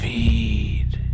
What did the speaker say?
Feed